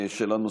תודה רבה.